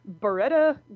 Beretta